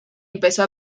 empezó